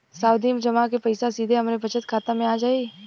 सावधि जमा क पैसा सीधे हमरे बचत खाता मे आ जाई?